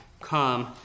come